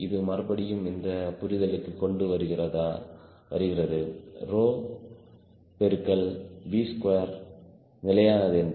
இது மறுபடியும் இந்த புரிதலுக்கு கொண்டு வருகிறது ரோ பெருக்கல் V ஸ்கொயர் நிலையானது என்று